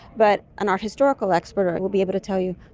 but an art historical expert will be able to tell you,